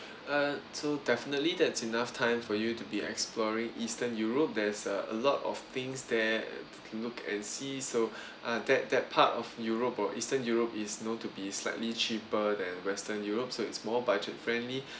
uh so definitely that's enough time for you to be exploring eastern europe there is a a lot of things there can look and see so uh that that part of europe or eastern europe is known to be slightly cheaper than western europe so it's more budget friendly